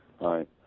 right